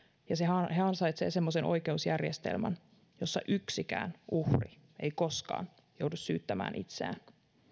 ja he ansaitsevat semmoisen oikeusjärjestelmän jossa yksikään uhri ei koskaan joudu syyttämään itseään